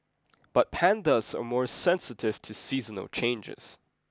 but pandas are more sensitive to seasonal changes